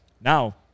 Now